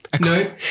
no